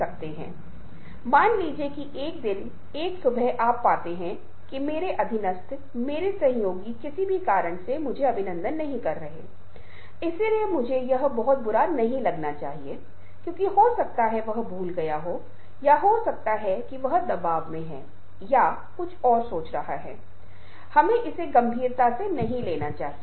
सहानुभूति एक ऐसी चीज है जो फिर से भीतर की ओर इशारा करती है जीवन संतुलन के लिए महत्वपूर्ण तरीके से जुड़ जाती है लेकिन जैसा कि हमने पहले ही चर्चा की है सहानुभूति भी एक ऐसी चीज है जो दूसरों को समझने के लिए बहुत विशिष्ट भूमिका निभाती है और इसलिए सॉफ्ट स्किल्स की बहुत महत्वपूर्ण घटक है